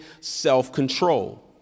self-control